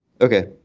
okay